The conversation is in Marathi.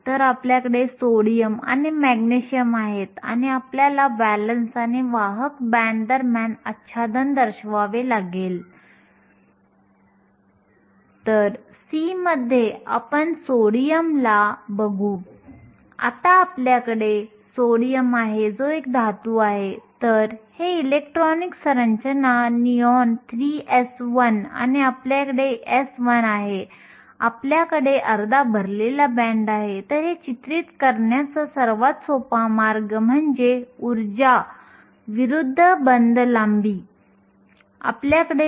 आणि हे समीकरण खरे आहे आपल्याकडे आंतरिक अर्धवाहक किंवा बाह्य अर्धवाहक असेल n आणि p म्हणजे छिद्रांमध्ये असणाऱ्या इलेक्ट्रॉनच्या प्रमाणाचा संदर्भ होय जे आपण आधी पाहिलेले पहिले घटक आहेत